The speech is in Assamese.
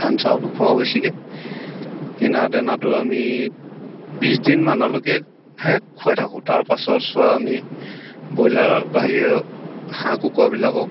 ধান চাউলো খুৱাওঁ বেছিকৈ কিনা দানাটো আমি বিছ দিনমানলৈকেহে খুৱাই থাকোঁ তাৰ পাছৰচোৱা আমি ব্ৰইলাৰ বাহিৰে হাঁহ কুকুৰাবিলাকক